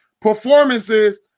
performances